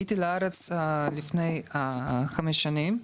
עליתי לארץ לפני כשש שנים,